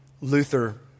Luther